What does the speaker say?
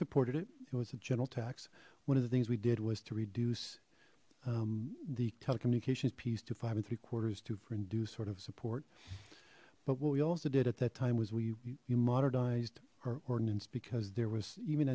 supported it it was a gentle tax one of the things we did was to reduce the telecommunications piece to five and three quarters to four induce sort of support but what we also did at that time was we modernized our ordinance because there was even